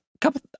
couple